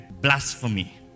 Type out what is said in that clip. blasphemy